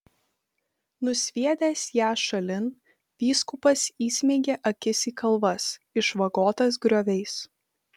nusviedęs ją šalin vyskupas įsmeigė akis į kalvas išvagotas grioviais